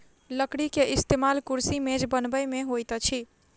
लकड़ी के इस्तेमाल कुर्सी मेज बनबै में होइत अछि